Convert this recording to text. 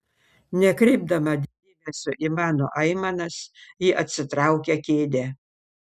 nekreipdama dėmesio į mano aimanas ji atsitraukia kėdę